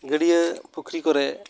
ᱜᱟᱹᱰᱭᱟᱹ ᱯᱩᱠᱷᱨᱤ ᱠᱚᱨᱮ